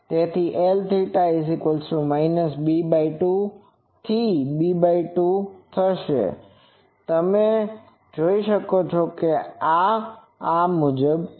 તેથી L b2 થી b2 થશે તમે જોઈ શકો છો કે આ છે